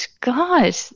God